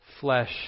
flesh